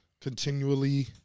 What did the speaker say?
continually